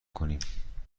کنیم